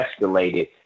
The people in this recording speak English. escalated